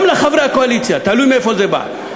גם באשר לחברי הקואליציה, תלוי מאיפה זה בא.